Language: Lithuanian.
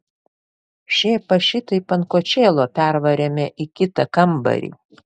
šėpą šitaip ant kočėlo pervarėme į kitą kambarį